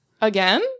Again